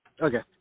Okay